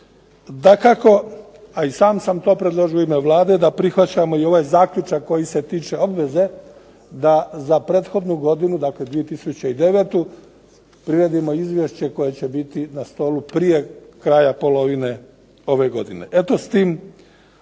Dakako a i sam sam to predložio u ime Vlade da prihvaćamo i ovaj zaključak koji se tiče obveze da za prethodnu godinu, dakle 2009. priredimo izvješće koje će biti prije kraja polovine ove godine. Eto s tim